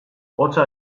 hotza